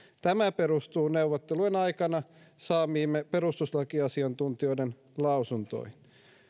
tämä perustuu neuvottelujen aikana saamiimme perustuslakiasiantuntijoiden lausuntoihin